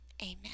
Amen